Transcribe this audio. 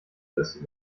ist